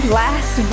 last